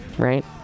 Right